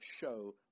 show